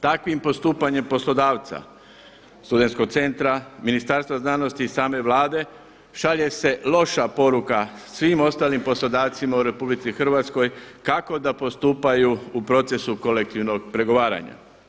Takvim postupanjem poslodavca Studenskog centra, Ministarstva znanosti i same Vlade šalje se loša poruka svim ostalim poslodavcima u RH kako da postupaju u procesu kolektivnog pregovaranja.